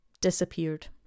disappeared